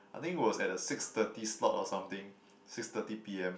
I think it was at the six thirty slot or something six thirty p_m